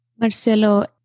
Marcelo